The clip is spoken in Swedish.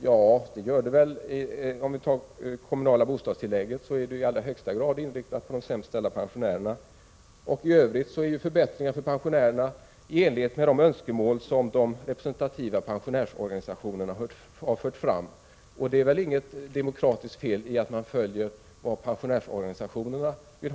Det gör den visst. Det kommunala bostadstillägget exempelvis är i allra högsta grad inriktat på de sämst ställda pensionärerna. I övrigt genomförs förbättringar för pensionärer i enlighet med de önskemål som de representativa pensionärsorganisationerna fört fram. Det är inget demokratiskt fel i att man följer pensionärsorganisationernas önskemål.